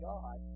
God